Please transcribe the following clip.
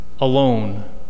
alone